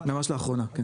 ממש לאחרונה, כן.